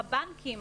והבנקים,